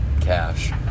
cash